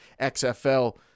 xfl